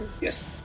Yes